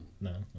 No